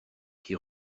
qui